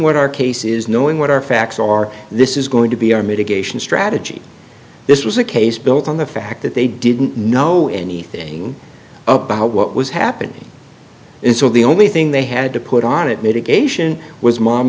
what our case is knowing what our facts are this is going to be our mitigation strategy this was a case built on the fact that they didn't know anything about what was happening and so the only thing they had to put on it mitigation was mom